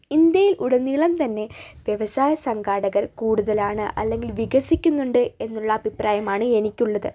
ഇന്ത്യയിൽ ഉടനീളം തന്നെ വ്യവസായ സംഘാടകർ കൂടുതലാണ് അല്ലെങ്കിൽ വികസിക്കുന്നുണ്ട് എന്നുള്ള അഭിപ്രായമാണ് എനിക്കുള്ളത്